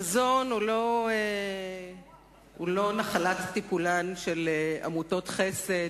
מזון הוא לא נחלת טיפולן של עמותות חסד,